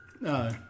No